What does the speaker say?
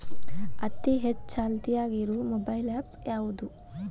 ಅತಿ ಹೆಚ್ಚ ಚಾಲ್ತಿಯಾಗ ಇರು ಮೊಬೈಲ್ ಆ್ಯಪ್ ಯಾವುದು?